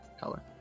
color